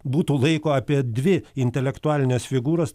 būtų laiko apie dvi intelektualines figūras